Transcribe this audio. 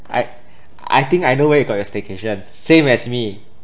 I I think I know where you got your staycation same as me